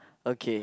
okay